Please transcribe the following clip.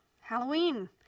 Halloween